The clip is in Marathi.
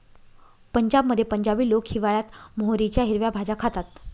पंजाबमध्ये पंजाबी लोक हिवाळयात मोहरीच्या हिरव्या भाज्या खातात